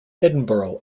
edinburgh